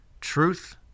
truth